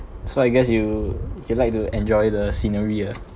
so I guess you you like to enjoy the scenery ah